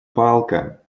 палка